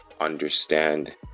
understand